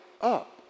up